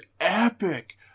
epic